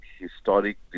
historic